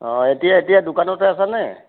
অঁ এতিয়া এতিয়া দোকানতে আছা নে